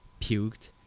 puked